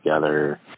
together